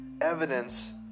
evidence